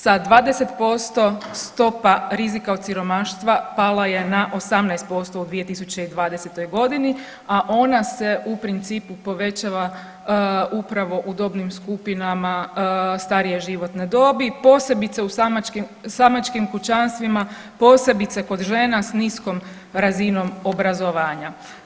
Sa 20% stopa rizika od siromaštva pala je na 18% u 2020. godini, a ona se u principu povećava upravo u dobnim skupinama starije životne dobi, posebice u samačkim, samačkim kućanstvima, posebice kod žena s niskom razinom obrazovanja.